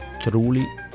truly